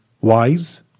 wise